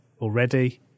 already